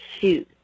shoes